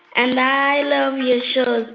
and i love your show.